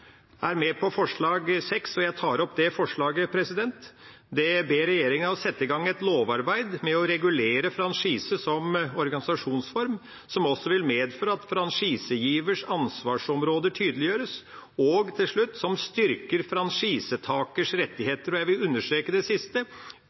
er med på forslag nr. 7, og jeg tar opp det forslaget. Det ber regjeringa sette i gang et lovarbeid med å regulere franchise som organisasjonsform, som også vil medføre at franchisegivers ansvarsområder tydeliggjøres, og – til slutt – som styrker